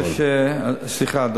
סליחה,